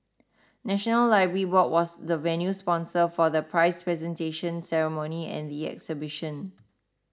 National Library Board was the venue sponsor for the prize presentation ceremony and the exhibition